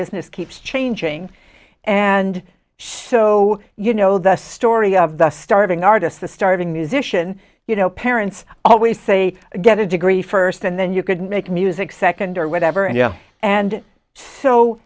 business keeps changing and so you know the story of the starving artist the starving musician you know parents always say get a degree first and then you could make music second or whatever and